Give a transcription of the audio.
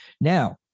now